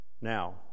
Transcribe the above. Now